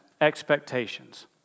expectations